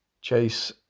Chase